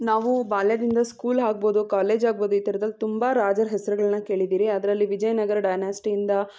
ನಾವು ಬಾಲ್ಯದಿಂದ ಸ್ಕೂಲ್ ಆಗ್ಬೋದು ಕಾಲೇಜ್ ಆಗ್ಬೋದು ಈ ಥರದಲ್ಲಿ ತುಂಬ ರಾಜರ ಹೆಸರುಗಳ್ನ ಕೇಳಿದ್ದಿರಿ ಅದರಲ್ಲಿ ವಿಜಯನಗರ ಡೈನಾಸ್ಟಿಯಿಂದ